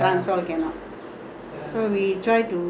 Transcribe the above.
now we cannot think of paris and all that